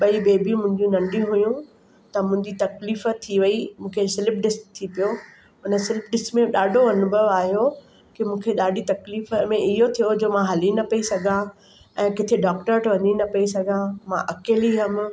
ॿई बेबियूं मुंहिंजूं नंढियूं हुयूं त मुंहिंजी तकलीफ़ु थी वई मूंखे स्लिप डिस्क थी पियो हुन स्लिप डिस्क में ॾाढो अनुभव आयो की मूंखे ॾाढी तकलीफ़ु में इहो थियो जो मां हली न पई सघां ऐं किथे डॉक्टर वटि वञी न पई सघां मां अकेली हुयमि